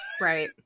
right